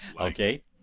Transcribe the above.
Okay